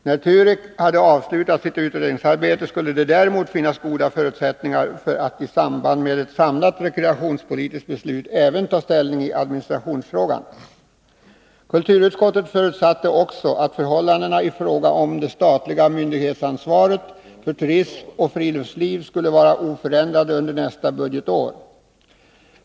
När TUREK avslutat sitt utredningsarbete skulle det däremot finnas goda förutsättningar för att i samband med ett samlat rekreationspolitiskt beslut även ta ställning i administrationsfrågan. Kulturutskottet förutsatte vidare att förhållandena i fråga om det statliga myndighetsansvaret för turism och friluftsliv skulle vara oförändrade under kommande budgetår.